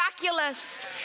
miraculous